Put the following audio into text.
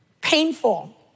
painful